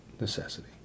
necessity